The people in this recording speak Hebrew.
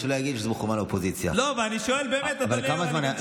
שלא יגידו שזה מכוון לאופוזיציה.